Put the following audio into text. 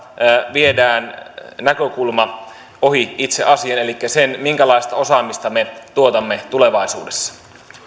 viedään näkökulma ohi itse asian elikkä sen minkälaista osaamista me tuotamme tulevaisuudessa